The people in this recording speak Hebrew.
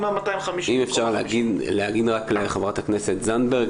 ה-250 מיליון --- אם אפשר להגיד רק לח"כ זנדברג